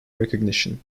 recognition